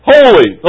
Holy